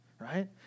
right